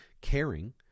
caring